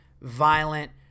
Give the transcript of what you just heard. violent